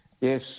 Yes